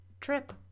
trip